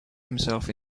himself